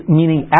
meaning